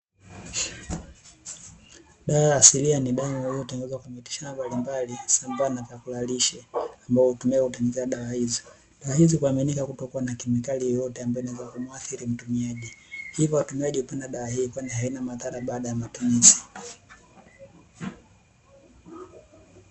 Dawa ya asilia ni dawa iliyotengenezwa kwa mitishamba mbalimbali sambamba na vyakula lishe, ambao hutumika kutengenezea dawa hizo, dawa hizi kuaminika kutokua na kemikali yeyote ambayo inaweza kumuhathiri mtumiaji, hivyo watumiaji, hupenda dawa hii kwani haina madhara baada ya matumizi.